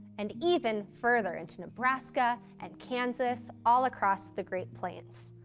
and even further into nebraska and kansas, all across the great plains.